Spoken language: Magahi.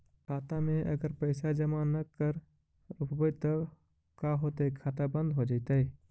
खाता मे अगर पैसा जमा न कर रोपबै त का होतै खाता बन्द हो जैतै?